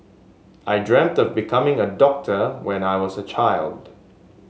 I dreamt of becoming a doctor when I was a child